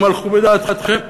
הימלכו בדעתכם.